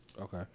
Okay